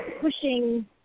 pushing